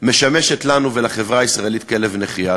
משמשת לנו ולחברה הישראלית כלב נחייה.